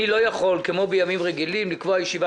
אני לא יכול כמו בימים רגילים לקבוע ישיבה